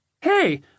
Hey